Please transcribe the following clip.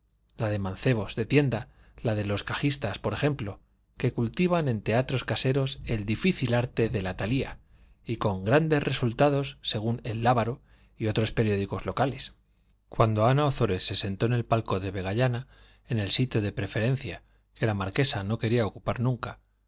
la de mancebos de tienda la de los cajistas por ejemplo que cultivan en teatros caseros el difícil arte de talía y con grandes resultados según el lábaro y otros periódicos locales cuando ana ozores se sentó en el palco de vegallana en el sitio de preferencia que la marquesa no quería ocupar nunca